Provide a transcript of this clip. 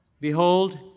Behold